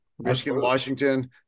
Michigan-Washington